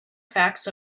facts